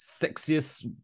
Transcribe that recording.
sexiest